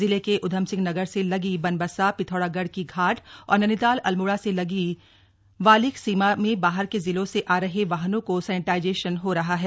जिले के उधमसिंह नगर से लगी बनबसा पिथौरागढ़ की घाट और नैनीताल अल्मोड़ा से लगी वालिक सीमा में बाहर के जिलों से आ रहे वाहनों का सैनेटाइजेशन हो रहा है